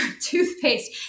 toothpaste